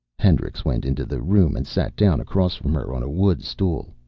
hendricks went into the room and sat down across from her, on a wood stool.